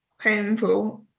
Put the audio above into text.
painful